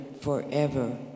forever